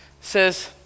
says